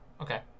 Okay